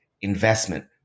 investment